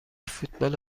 فوتبال